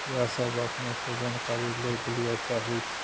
ईहए सब अपने सँ जानकारी लै के लिए चाहै छी